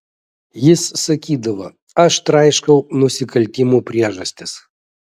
jis sakydavo aš traiškau nusikaltimų priežastis